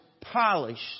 polished